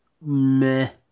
Meh